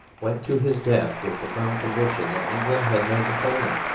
went to his death with the firm conviction that england had made napoleon.